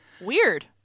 Weird